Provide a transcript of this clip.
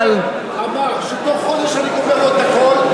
אמר שתוך חודש אני גומר לו את הכול,